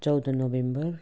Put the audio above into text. चौध नोभेम्बर